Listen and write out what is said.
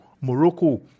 Morocco